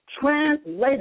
translated